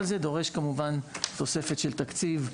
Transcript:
כל זה דורש כמובן תוספת של תקציב.